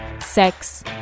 sex